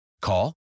Call